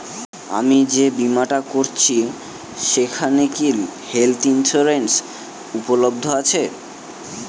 আমি যে বীমাটা করছি সেইখানে কি হেল্থ ইন্সুরেন্স উপলব্ধ আছে?